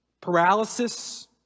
paralysis